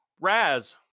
Raz